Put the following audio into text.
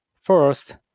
First